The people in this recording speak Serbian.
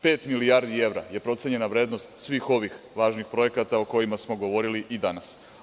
Pet milijardi evra je procenjena vrednost svih ovih važnih projekata o kojima smo govorili i danas.